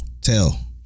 tell